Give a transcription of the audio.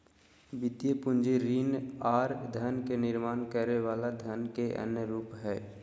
वित्तीय पूंजी ऋण आर धन के निर्माण करे वला धन के अन्य रूप हय